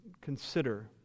consider